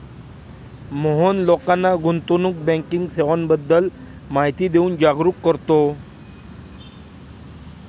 मोहन लोकांना गुंतवणूक बँकिंग सेवांबद्दल माहिती देऊन जागरुक करतो